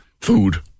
Food